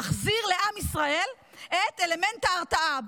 מחזיר לעם ישראל את אלמנט ההרתעה,